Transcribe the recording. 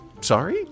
sorry